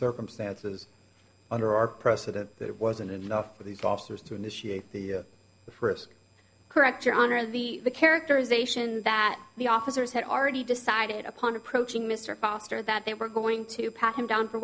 circumstances under our precedent that wasn't enough for these officers to initiate the first correct your honor the characterization that the officers had already decided upon approaching mr foster that they were going to pat him down for